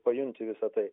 pajunti visa tai